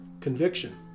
conviction